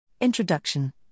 Introduction